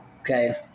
Okay